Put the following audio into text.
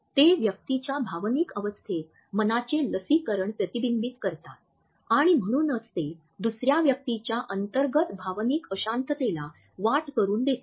ते व्यक्तीच्या भावनिक अवस्थेत मनाचे लसीकरण प्रतिबिंबित करतात आणि म्हणूनच ते दुसर्या व्यक्तीच्या अंतर्गत भावनिक अशांततेला वाट करून देतात